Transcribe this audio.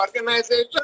organization